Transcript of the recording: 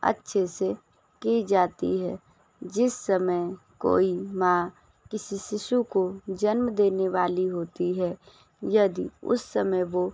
अच्छे से की जाती है जिस समय कोई माँ किसी शिशु को जन्म देने वाली होती है यदि उस समय वो